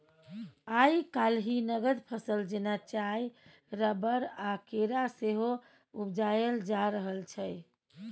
आइ काल्हि नगद फसल जेना चाय, रबर आ केरा सेहो उपजाएल जा रहल छै